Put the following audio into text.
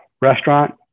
restaurant